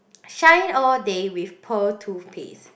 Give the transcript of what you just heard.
shine all day with pearl toothpaste